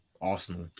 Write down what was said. Arsenal